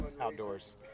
outdoors